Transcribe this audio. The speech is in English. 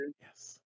Yes